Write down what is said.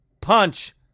Punch